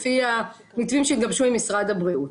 לפי המתווים שהתגבשו עם משרד הבריאות.